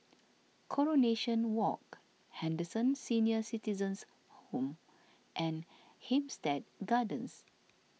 Coronation Walk Henderson Senior Citizens' Home and Hampstead Gardens